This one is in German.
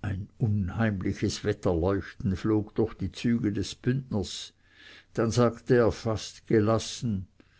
ein unheimliches wetterleuchten flog durch die züge des bündners dann sagte er fast gelassen